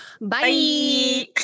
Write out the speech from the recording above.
Bye